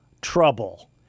trouble